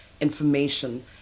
information